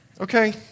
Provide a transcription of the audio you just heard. okay